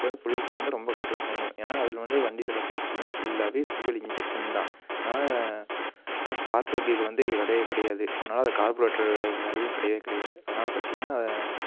இப்போ வந்து பொல்யூஷன் வந்து ரொம்ப கண்ட்ரோல் பண்ணும் ஏன்னா அதில் வந்து வண்டியில் பார்த்தீங்கன்னா ஃபுல் அண்ட் ஃபுல்லாகவே ஃப்யல் இன்ஜெக்ஷன் தான் அதனால் அதனால் ஸ்பார்க் ஃப்ளக் இது வந்து இங்கே கிடையவே கிடையாது அதனால் அது கார்ப்ரேட்டர் வேலை வேலையும் கிடையவே கிடையாது அதனால் பார்த்தீங்கன்னா